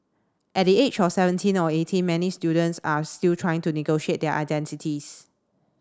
at the age of seventeen or eighteen many students are still trying to negotiate their identities